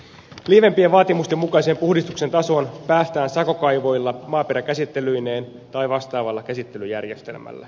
lievempien vaatimusten mukaiseen puhdistuksen tasoon päästään sakokaivoilla maaperäkäsittelyineen tai vastaavalla käsittelyjärjestelmällä